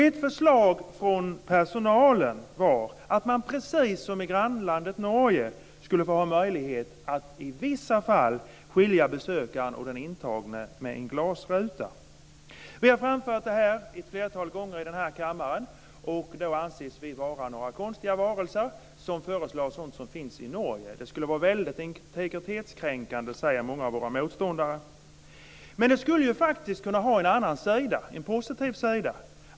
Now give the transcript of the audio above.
Ett förslag från personalen var att man precis som i grannlandet Norge skulle ha möjlighet att i vissa fall skilja besökaren och den intagna med en glasruta. Vi har framfört det här ett flertal gånger i den här kammaren, och vi anses vara några konstiga varelser som föreslår sådant som finns i Norge. Många av våra motståndare säger att det skulle vara väldigt integritetskränkande. Men det skulle ju faktiskt kunna ha en annan positiv sida.